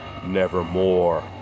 nevermore